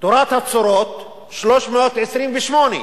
תורת הצורות, 328,